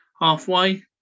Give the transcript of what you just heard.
Halfway